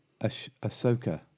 Ahsoka